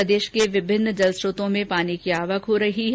इस बीच प्रदेश के विभिन्न जल स्रोतों में पानी की आवक हो रही है